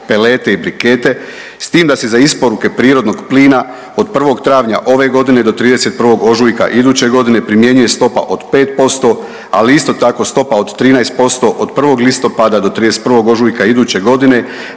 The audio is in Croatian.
pelete i brikete s tim da se za isporuke prirodnog plina od 1. travnja ove godine do 31. ožujka iduće godine primjenjuje stopa od 5%. Ali isto tako stopa od 13% od 1. listopada do 31. ožujka iduće godine